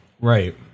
right